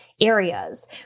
Areas